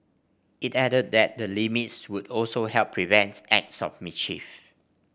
it added that the limits would also help prevent acts of mischief